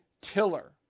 Tiller